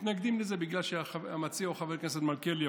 מתנגדים לזה בגלל שהמציע הוא חבר הכנסת מלכיאלי.